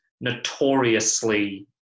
notoriously